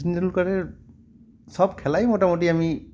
তেন্ডুলকারের সব খেলাই মোটামুটি আমি